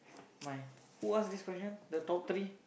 my who ask this question the top three